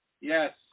Yes